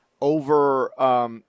over